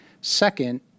Second